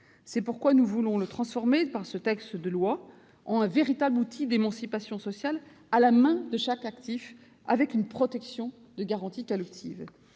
C'est pourquoi nous voulons le transformer, par ce texte de loi, en un véritable outil d'émancipation sociale à la main de chaque actif, avec une garantie collective